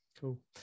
Cool